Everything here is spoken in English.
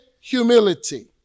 humility